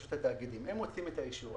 הם מוציאים את האישור.